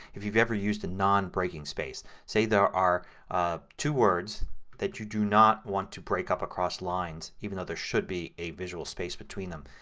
if you've ever used a non breaking space. say there are two words that you do not want to break up across lines even though there should be a visual space between them.